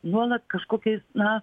nuolat kažkokiais na